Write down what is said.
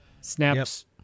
Snap's